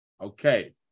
Okay